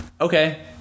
Okay